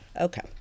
Okay